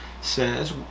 says